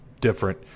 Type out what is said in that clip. different